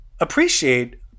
appreciate